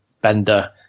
Bender